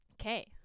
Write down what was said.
Okay